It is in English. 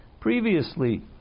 previously